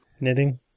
Knitting